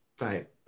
right